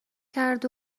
کرد